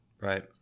right